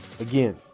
again